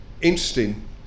interesting